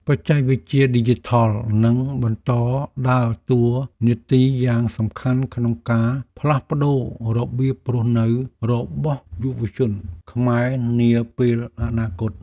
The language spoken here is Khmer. បច្ចេកវិទ្យាឌីជីថលនឹងបន្តដើរតួនាទីយ៉ាងសំខាន់ក្នុងការផ្លាស់ប្តូររបៀបរស់នៅរបស់យុវជនខ្មែរនាពេលអនាគត។